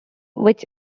which